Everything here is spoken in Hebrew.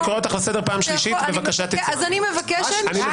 זה לא עניין של לפחד,